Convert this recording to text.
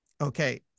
Okay